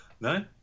No